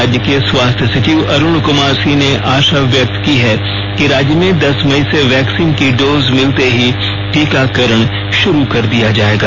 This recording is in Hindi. राज्य के स्वास्थ्य सचिव अरुण कुमार सिंह ने आषा व्यक्त की है कि राज्य में दस मई से वैक्सीन की डोज मिलते ही टीकाकरण शुरू कर दिया जाएगा